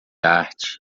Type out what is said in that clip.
arte